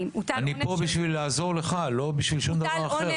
אני פה בשביל לעזור לך, לא בשביל שום דבר אחר.